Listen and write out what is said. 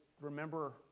remember